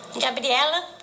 Gabriela